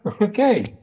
Okay